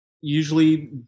usually